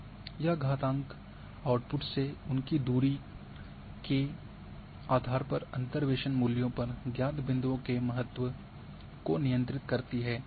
यह घातांक आउटपुट से उनकी दूरी के आधार पर अंतर्वेशन मूल्यों पर ज्ञात बिंदुओं के महत्व को नियंत्रित करती है